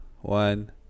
one